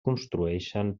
construeixen